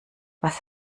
was